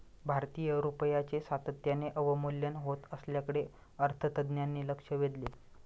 भारतीय रुपयाचे सातत्याने अवमूल्यन होत असल्याकडे अर्थतज्ज्ञांनी लक्ष वेधले